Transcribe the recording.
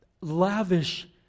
lavish